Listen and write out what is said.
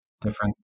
different